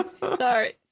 sorry